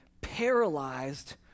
paralyzed